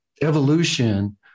evolution